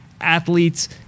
athletes